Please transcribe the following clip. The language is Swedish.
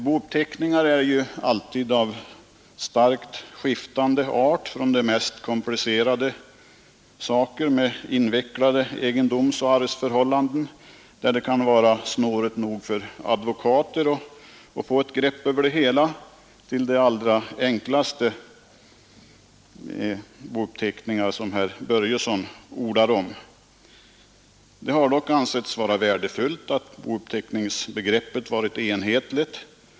Bouppteckningar är av starkt skiftande art — från de mest komplicerade med invecklade egendomsoch arvsförhållanden, där det kan vara snårigt nog även för advokater att få ett grepp över det hela, till de allra enklaste bouppteckningar som herr Börjesson talar om. Det har dock ansetts värdefullt att bouppteckningsbegreppet har varit enhetligt.